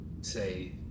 say